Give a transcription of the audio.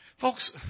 Folks